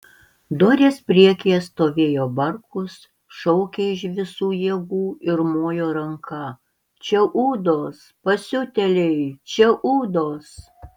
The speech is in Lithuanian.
dorės priekyje stovėjo barkus šaukė iš visų jėgų ir mojo ranka čia ūdos pasiutėliai čia ūdos